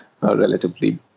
relatively